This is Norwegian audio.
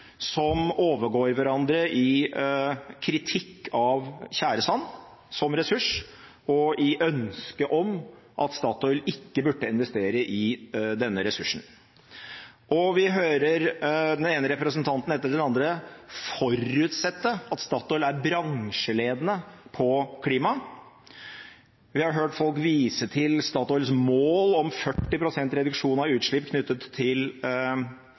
som overgår hverandre i kritikk av tjæresand som ressurs, og i ønsket om at Statoil ikke burde investere i denne ressursen. Vi hører den ene representanten etter den andre forutsette at Statoil er bransjeledende på klima. Vi har hørt folk vise til Statoils mål om 40 pst. reduksjon av utslipp knyttet til